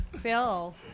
Phil